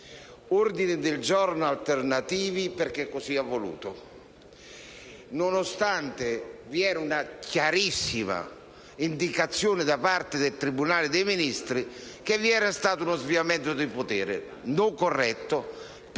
ordini del giorno alternativi, perché così ha voluto, nonostante vi fosse una chiarissima indicazione da parte del tribunale dei Ministri che vi era stato uno sviamento di potere non corretto perché